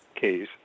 case